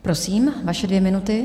Prosím, vaše dvě minuty.